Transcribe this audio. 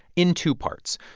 in two parts.